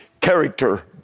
character